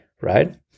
right